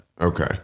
Okay